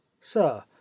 Sir